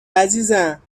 عزیزم